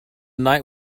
night